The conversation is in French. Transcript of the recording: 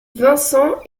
vincent